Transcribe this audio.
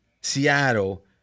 Seattle